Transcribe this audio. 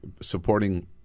supporting